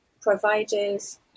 providers